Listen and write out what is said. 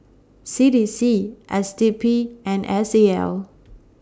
C D C S D P and S A L